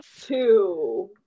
two